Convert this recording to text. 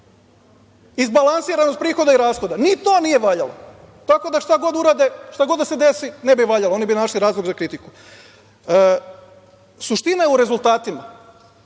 izbalansiranost prihoda i rashoda. Ni to nije valjalo. Tako da šta god da se desi, ne bi valjalo, oni bi našli razlog za kritiku. Suština je u rezultatima.